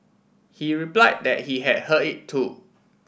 he reply that he had heard it too